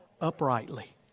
uprightly